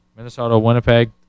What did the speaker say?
Minnesota-Winnipeg